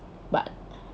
but